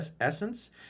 essence